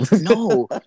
No